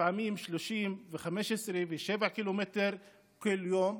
לפעמים 30 ו-15 ו-7 קילומטר כל יום.